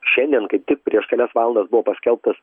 šiandien kaip tik prieš kelias valandas buvo paskelbtas